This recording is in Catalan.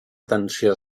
atenció